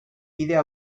bidea